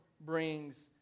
brings